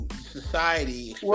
society